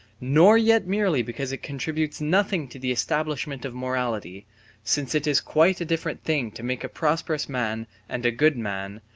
nor yet merely because it contributes nothing to the establishment of morality since it is quite a different thing to make a prosperous man and a good man,